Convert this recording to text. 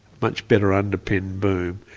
much better underpinned boom,